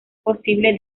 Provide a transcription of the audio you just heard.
posible